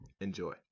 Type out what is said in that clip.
Enjoy